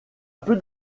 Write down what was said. peu